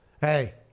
Hey